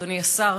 אדוני השר,